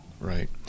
Right